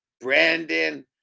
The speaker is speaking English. Brandon